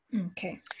Okay